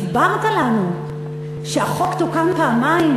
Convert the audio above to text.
הסברת לנו שהחוק תוקן פעמיים.